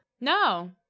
no